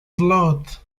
blood